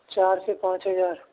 چار سے پانچ ہزار